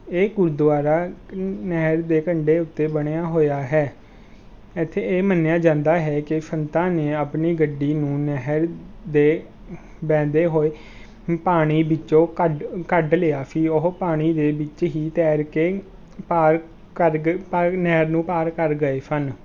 ਇਹ ਗੁਰਦੁਆਰਾ ਨਹਿਰ ਦੇ ਕੰਢੇ ਉੱਤੇ ਬਣਿਆ ਹੋਇਆ ਹੈ ਇੱਥੇ ਇਹ ਮੰਨਿਆ ਜਾਂਦਾ ਹੈ ਕਿ ਸੰਤਾਂ ਨੇ ਆਪਣੀ ਗੱਡੀ ਨੂੰ ਨਹਿਰ ਦੇ ਵਹਿੰਦੇ ਹੋਏ ਪਾਣੀ ਵਿੱਚੋਂ ਕੱਢ ਕੱਢ ਲਿਆ ਸੀ ਉਹ ਪਾਣੀ ਦੇ ਵਿੱਚ ਹੀ ਤੈਰ ਕੇ ਪਾਰ ਕਰਗੇ ਪਾ ਨਹਿਰ ਨੂੰ ਪਾਰ ਕਰ ਗਏ ਸਨ